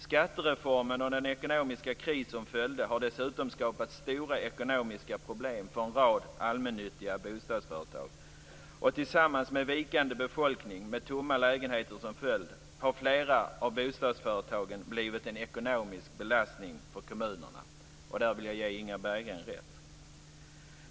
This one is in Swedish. Skattereformen och den ekonomiska kris som följde har dessutom skapat stora ekonomiska problem för en rad allmännyttiga bostadsföretag, och tillsammans med en vikande befolkning, med tomma lägenheter som följd, har flera av bostadsföretagen blivit en ekonomisk belastning för kommunerna. I fråga om detta vill jag ge Inga Berggren rätt.